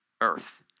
earth